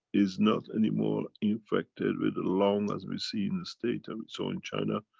is not any more infected with lung, as we see in the state and we saw in china,